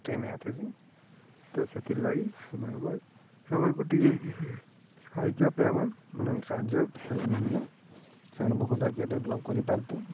stamina ଥିସି ତ ସେଥିର୍ ଲାଗି ସେମାନଙ୍କ ସେମାନଙ୍କୁ ଟିକେ ସାହାଯ୍ୟ ପାଇଁବା ମାନେ ସାହାଯ୍ୟ ହେଲ୍ପ ମିଳିଲେ ସେମାନେ ବହୁତ ଆଗେ ଡେଭଲପ୍ କରି ପାର୍ତେ